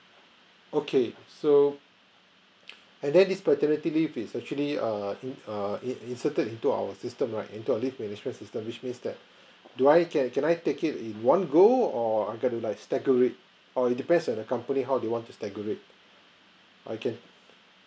okay so and then this paternity leave is actually a in err in in~ inserted into our system right into our leave management system which means that do I get can I take it in one go or I got to like segregate or it depends on the company how they want to segregate I can